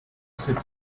city